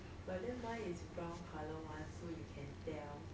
but then mine is brown colour one so you can tell